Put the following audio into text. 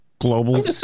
Global